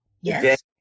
Yes